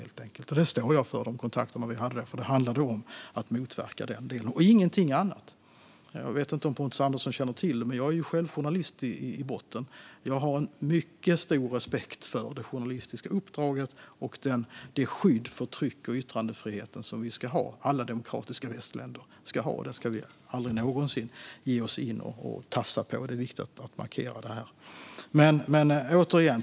Jag står för de kontakter vi hade då eftersom det handlade om att motverka denna propaganda. Ingenting annat! Jag vet inte om Pontus Andersson känner till det, men jag är själv journalist i botten. Jag har en mycket stor respekt för det journalistiska uppdraget och det skydd för tryck och yttrandefriheten som alla demokratiska västländer ska ha. Vi ska aldrig någonsin tafsa på detta, och det är viktigt att markera.